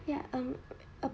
ya um